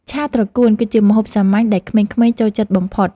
ឆាត្រកួន គឺជាម្ហូបសាមញ្ញដែលក្មេងៗចូលចិត្តបំផុត។